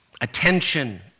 attention